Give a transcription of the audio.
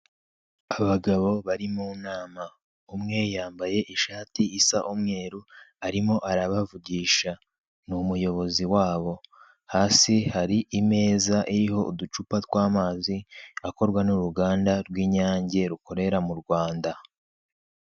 Abagabo bari mu nama umwe yambaye ishati isa umweru, arimo arabavugisha n'umuyobozi wabo hasi hari imeza iriho uducupa tw'amazi, akorwa n'uruganda rw'inyange rukorera mu Rwanda.